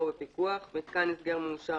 מיתקן הסגר מאושר